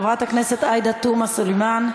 חברת הכנסת עאידה תומא סלימאן,